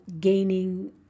gaining